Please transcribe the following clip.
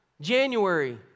January